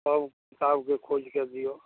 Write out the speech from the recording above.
सब किताबके खोजिके दिऔ